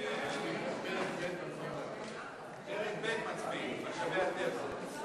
פרק ב' מצביעים, משאבי הטבע.